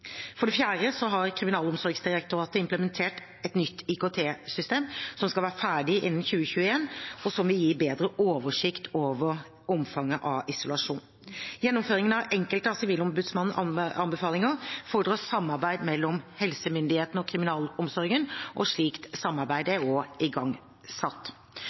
for aktivisering. For det fjerde implementerer Kriminalomsorgsdirektoratet et nytt IKT-system, noe som skal være ferdig innen 2021, og som vil gi bedre oversikt over omfanget av isolasjon. Gjennomføringen av enkelte av Sivilombudsmannens anbefalinger fordrer samarbeid mellom helsemyndighetene og kriminalomsorgen, og et slikt samarbeid er også igangsatt.